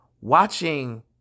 watching